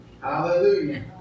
Hallelujah